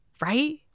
right